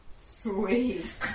Sweet